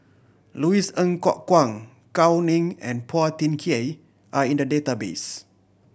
Louis Ng Kok Kwang Gao Ning and Phua Thin Kiay are in the database